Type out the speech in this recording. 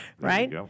right